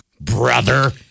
Brother